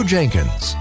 Jenkins